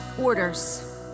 orders